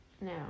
No